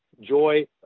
joy